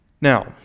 Now